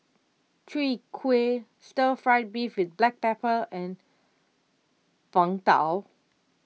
Chwee Kueh Stir Fried Beef with Black Pepper and Png Tao